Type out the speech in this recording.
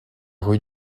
rue